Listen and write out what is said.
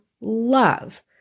love